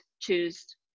choose